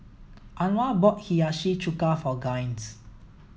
Anwar bought Hiyashi chuka for Gaines